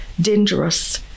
dangerous